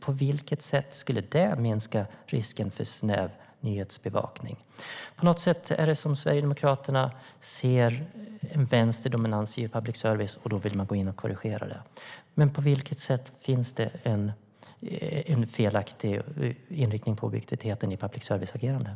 På vilket sätt skulle det minska risken för en snäv nyhetsbevakning?